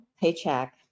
paycheck